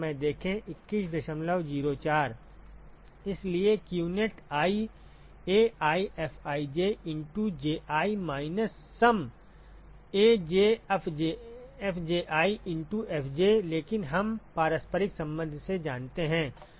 इसलिए q net i AiFij into Ji minus sum AjFji into Fj लेकिन हम पारस्परिक संबंध से जानते हैं